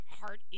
heart